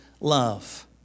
love